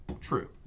true